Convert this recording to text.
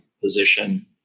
position